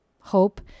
hope